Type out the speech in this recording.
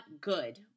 good